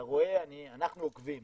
אנחנו עוקבים